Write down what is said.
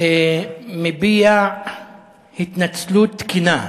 אתה מביע התנצלות תקינה.